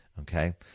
okay